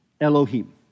Elohim